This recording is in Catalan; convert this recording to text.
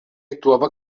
actuava